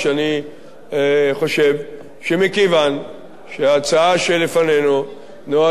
אני חושב שמכיוון שההצעה שלפנינו נועדה